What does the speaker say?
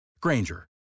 Granger